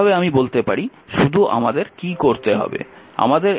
এইভাবে আমি বলতে পারি শুধু আমাদের কী করতে হবে